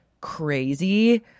crazy